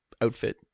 outfit